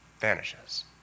vanishes